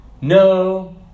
no